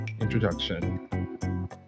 introduction